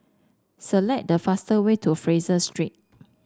select the fastest way to Fraser Street